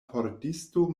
pordisto